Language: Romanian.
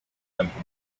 pentru